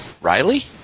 Riley